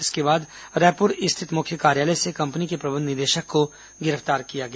इसके बाद रायपुर स्थित मुख्य कार्यालय से कंपनी के प्रबंध निदेशक को गिरफ्तार किया गया